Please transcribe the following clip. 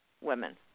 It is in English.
Women